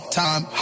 time